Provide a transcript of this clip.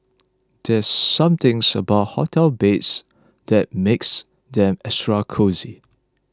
there's some things about hotel beds that makes them extra cosy